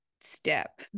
step